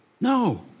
No